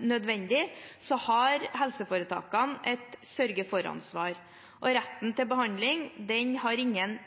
nødvendig, har helseforetakene et sørge-for-ansvar, og retten til behandling har ingen